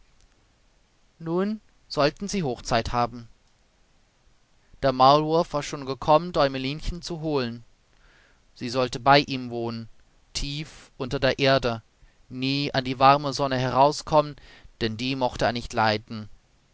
nun sollten sie hochzeit haben der maulwurf war schon gekommen däumelinchen zu holen sie sollte bei ihm wohnen tief unter der erde nie an die warme sonne herauskommen denn die mochte er nicht leiden